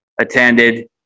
attended